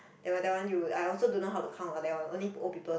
that one that one you I also don't know how to count that one only old people